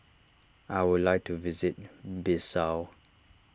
I would like to visit Bissau